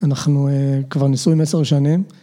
אנחנו כבר נשואים עשר שנים.